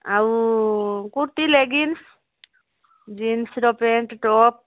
ଆଉ କୁର୍ତ୍ତୀ ଲେଗିନ୍ସ ଜିନ୍ସର pant top